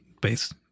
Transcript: base